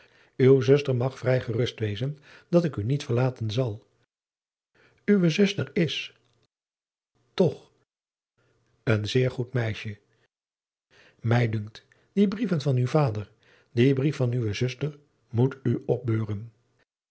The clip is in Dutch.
uw zuster mag vrij gerust wezen dat ik u niet verlaten zal uwe zuster is toch een zeer goed meisje mij dunkt die brieven van uw vader die brief van uwe zuster moet u opbeuren